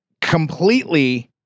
completely